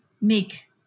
make